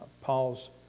paul's